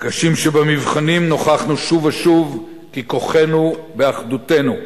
בקשים שבמבחנים נוכחנו שוב ושוב כי כוחנו באחדותנו.